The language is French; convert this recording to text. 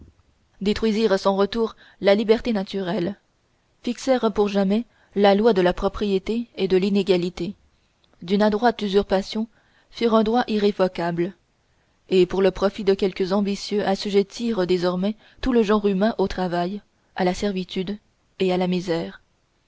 détruisirent sans retour la liberté naturelle fixèrent pour jamais la loi de la propriété et de l'inégalité d'une adroite usurpation firent un droit irrévocable et pour le profit de quelques ambitieux assujettirent désormais tout le genre humain au travail à la servitude et à la misère